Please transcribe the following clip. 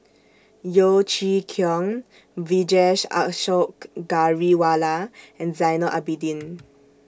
Yeo Chee Kiong Vijesh Ashok Ghariwala and Zainal Abidin